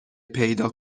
پیدا